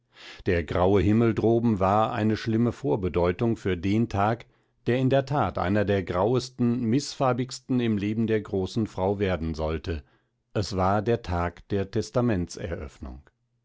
der graue himmel droben war eine schlimme vorbedeutung für den tag der in der that einer der grauesten mißfarbigsten im leben der großen frau werden sollte es war der tag der